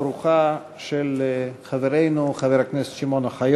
אין מתנגדים, אין נמנעים.